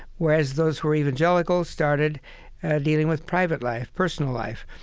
whereas those who were evangelical started dealing with private life, personal life.